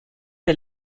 der